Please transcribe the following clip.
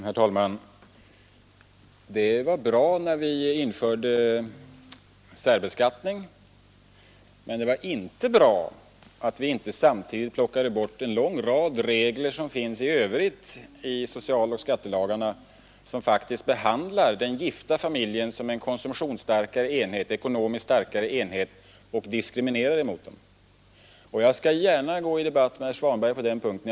Herr talman! Det är bra att vi infört särbeskattning, men det är inte bra att vi inte samtidigt plockade bort en lång rad regler i övrigt i socialoch skattelagstiftningen, som faktiskt innebär att man behandlar den gifta familjen som en ekonomiskt starkare enhet och diskriminerar den. Jag skall gärna gå in i debatt med herr Svanberg på den punkten.